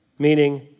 meaning